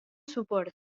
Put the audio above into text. suport